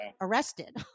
arrested